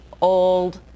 old